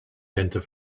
centre